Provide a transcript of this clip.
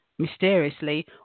mysteriously